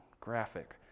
Graphic